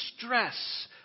stress